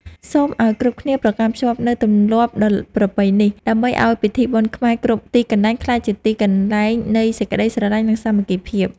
សូមឱ្យគ្រប់គ្នាប្រកាន់ខ្ជាប់នូវទម្លាប់ដ៏ប្រពៃនេះ ដើម្បីឱ្យពិធីបុណ្យខ្មែរគ្រប់ទីកន្លែងក្លាយជាទីកន្លែងនៃសេចក្តីស្រឡាញ់និងសាមគ្គីភាព។